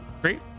Great